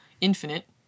infinite